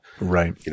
right